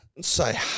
say